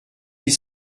huit